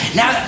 now